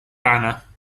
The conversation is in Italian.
rana